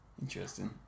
Interesting